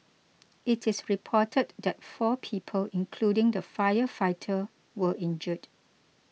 it is reported that four people including the firefighter were injured